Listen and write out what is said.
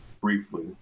briefly